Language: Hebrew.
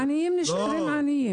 העניים נשארים עניים.